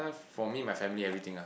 for me my family everything ah